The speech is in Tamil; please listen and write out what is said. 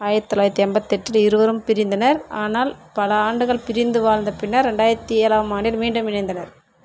ஆயிரத் தொள்ளாயிரத்தி எண்பத்தெட்டில் இருவரும் பிரிந்தனர் ஆனால் பல ஆண்டுகள் பிரிந்து வாழ்ந்த பின்னர் ரெண்டாயிரத்தி ஏழாம் ஆண்டில் மீண்டும் இணைந்தனர்